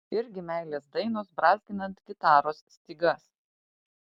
irgi meilės dainos brązginant gitaros stygas